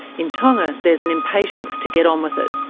in tonga there's an impatience to get on with it.